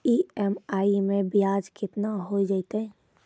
EMI मैं ब्याज केतना हो जयतै?